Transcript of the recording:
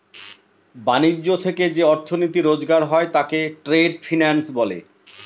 ব্যাণিজ্য থেকে যে অর্থনীতি রোজগার হয় তাকে ট্রেড ফিন্যান্স বলে